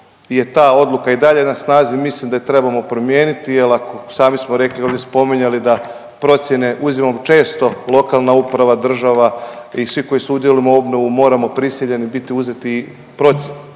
je ta odluka i dalje na snazi mislim da je trebamo promijeniti jel ako, sami smo rekli i ovdje spominjali da procjene uzima često lokalna uprava, država i svi koji sudjelujemo u obnovi moramo prisiljeni bit uzeti i procjenu